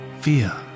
fear